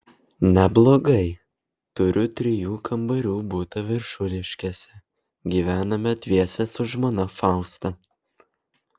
neblogai turiu trijų kambarių butą viršuliškėse gyvename dviese su žmona fausta